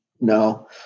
No